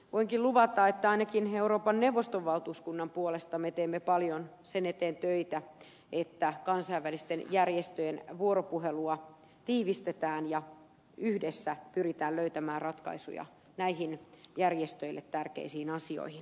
voinkin luvata että ainakin euroopan neuvoston valtuuskunnan puolesta me teemme paljon sen eteen töitä että kansainvälisten järjestöjen vuoropuhelua tiivistetään ja yhdessä pyritään löytämään ratkaisuja näihin järjestöille tärkeisiin asioihin